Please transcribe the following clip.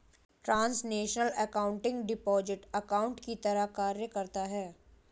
translational accounting deposit account की तरह कार्य करता है